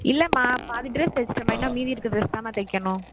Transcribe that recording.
இல்லைம்மா பாதி ட்ரெஸ் தச்சுட்டமா இன்னும் மீதி இருக்க ட்ரெஸ் தாம்மா தைக்கணும்